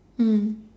mm